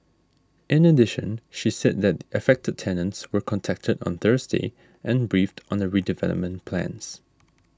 in addition she said that affected tenants were contacted on Thursday and briefed on the redevelopment plans